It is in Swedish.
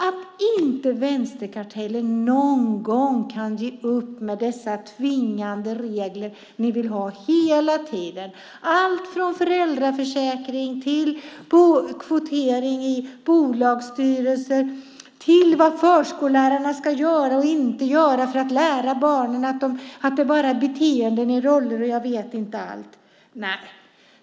Att vänsterkartellen inte någon gång kan ge upp med dessa tvingande regler som ni vill ha hela tiden, allt från föräldraförsäkring till kvotering i bolagsstyrelser, till vad förskollärarna ska göra och inte göra för att lära barnen, beteenden, roller och jag vet inte allt!